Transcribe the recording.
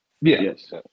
Yes